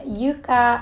Yuka